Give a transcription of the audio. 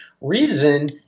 Reason